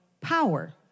power